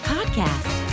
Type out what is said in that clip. Podcast